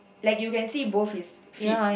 like you can see both his feet